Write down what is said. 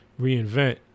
reinvent